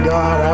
God